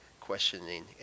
questioning